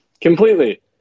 Completely